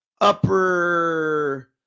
upper